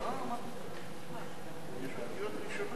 אדוני היושב-ראש,